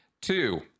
Two